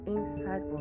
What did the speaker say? Inside